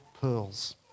pearls